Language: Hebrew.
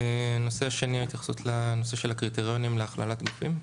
הנושא השני הוא ההתייחסות לנושא של הקריטריונים להכללת גופים.